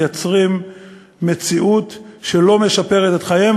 מייצרים מציאות שלא משפרת את חייהם,